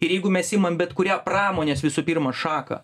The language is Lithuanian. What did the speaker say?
ir jeigu mes imam bet kurią pramonės visų pirma šaką